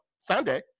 Sunday